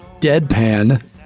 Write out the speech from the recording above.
deadpan